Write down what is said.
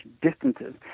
distances